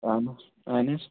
اہن حظ اہن حظ